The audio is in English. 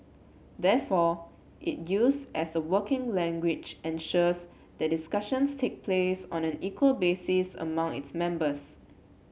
therefore it use as a working language ensures that discussions take place on an equal basis among its members